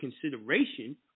consideration